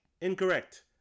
Incorrect